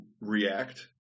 react